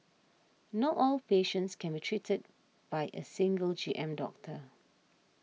not all patients can be treated by a single G M doctor